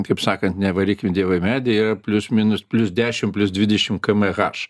kaip sakant nevarykim dievo į medį yra plius minus plius dešim plius dvidešim km haš